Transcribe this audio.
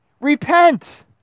repent